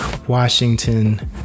Washington